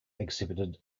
exhibited